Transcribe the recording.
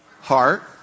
heart